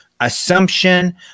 assumption